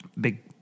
Big